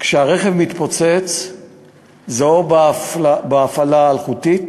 כשהרכב מתפוצץ זה או בהפעלה אלחוטית